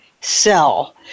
sell